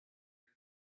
and